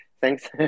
thanks